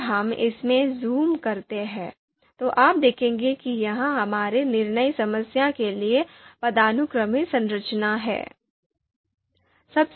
यदि हम इसमें ज़ूम करते हैं तो आप देखेंगे कि यह हमारी निर्णय समस्या के लिए पदानुक्रमित संरचना है